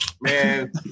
man